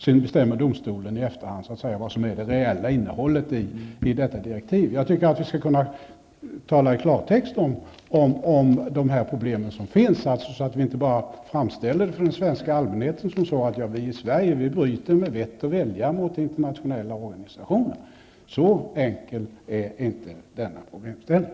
Sedan bestämmer domstolen i efterhand vad som är det reella innehållet i dessa direktiv. Vi bör tala i klartext om de problem som finns, så att vi inte framställer det för den svenska allmänheten som att vi i Sverige med vett och vilja bryter mot internationella konventioner. Så enkel är inte denna problemställning.